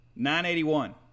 981